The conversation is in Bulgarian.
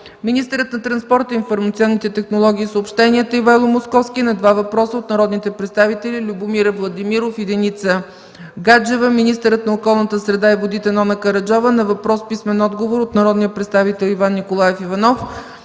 министърът на транспорта, информационните технологии и съобщенията Ивайло Московски – на 2 въпроса от народните представители Любомир Владимиров, и Деница Гаджева; - министърът на околната среда и водите Нона Караджова – на въпрос с писмен отговор от народния представител Иван Николаев Иванов.